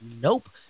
nope